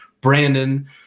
Brandon